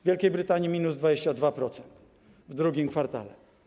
W Wielkiej Brytanii - minus 22% w II kwartale.